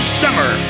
summer